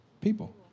people